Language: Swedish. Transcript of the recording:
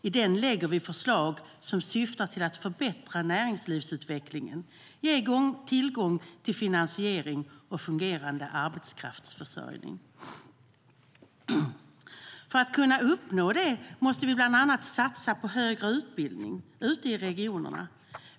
I den lägger vi förslag som syftar till att förbättra näringslivsutvecklingen och ge tillgång till finansiering och fungerande arbetskraftsförsörjning. För att kunna uppnå detta måste vi bland annat satsa på högre utbildning ute i regionerna.